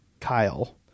Kyle